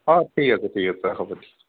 অঁ ঠিক আছে ঠিক আছে হ'ব দিয়ক